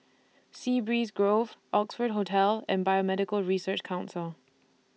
Sea Breeze Grove Oxford Hotel and Biomedical Research Council